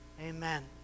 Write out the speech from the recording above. Amen